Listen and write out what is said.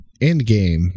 Endgame